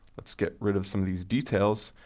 let's get rid of some of these details.